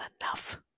enough